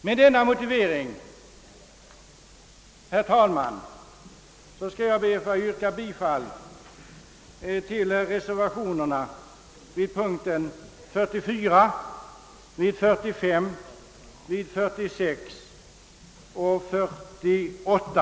Med denna motivering, herr talman, ber jag att få yrka bifall till reservationen vid punkten 44, och jag kommer senare att yrka bifall till reservationerna vid punkterna 45, 46 och 48.